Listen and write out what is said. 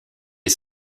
les